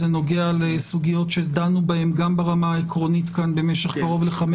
זה נוגע לסוגיות שדנו בהן גם ברמה העקרונית כאן במשך קרוב לחמש